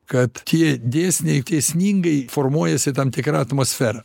kad tie dėsniai dėsningai formuojasi tam tikra atmosfera